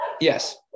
Yes